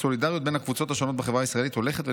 הסולידריות בין הקבוצות השונות בחברה הישראלית הולכת ונחלשת.